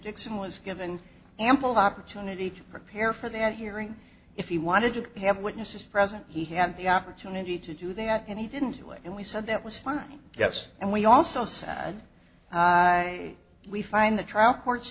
dixon was given ample opportunity to prepare for their hearing if he wanted to have witnesses present he had the opportunity to do that and he didn't do it and we said that was fine yes and we also said i we find the tr